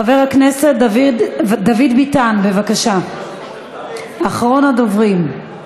חבר הכנסת דוד ביטן, בבקשה, אחרון הדוברים.